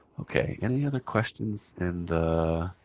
ok. any other questions in the